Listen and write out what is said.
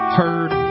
heard